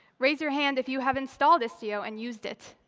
raise your hand if you have installed istio and used it.